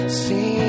see